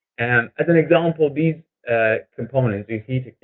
and, as an example, these components, these heat